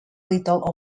little